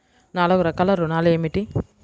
నాలుగు రకాల ఋణాలు ఏమిటీ?